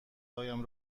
هایم